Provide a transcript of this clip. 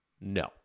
No